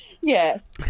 yes